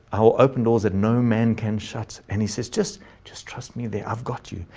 our open doors that no man can shut and he says, just just trust me, they have got you.